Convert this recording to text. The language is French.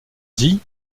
dit